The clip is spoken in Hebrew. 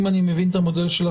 אם אני מבין נכון את המודל שלכם,